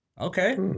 Okay